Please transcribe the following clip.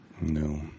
No